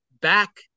back